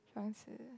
fancy